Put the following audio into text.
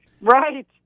Right